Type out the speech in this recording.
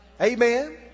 Amen